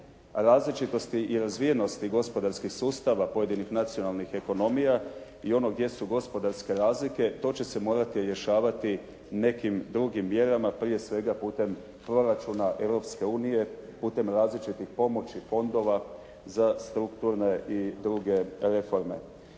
različitosti i razvijenosti gospodarskih sustava pojedinih nacionalnih ekonomija i ono gdje su gospodarske razlike, to će se morati rješavati nekim drugim mjerama, prije svega putem proračuna Europske unije, putem različitih pomoći fondova za strukturne i druge reforme.